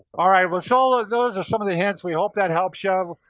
all right, well so, ah those are some of the hints, we hope that helps you out,